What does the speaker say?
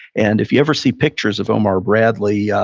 and if you ever see pictures of omar bradley, yeah